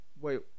Wait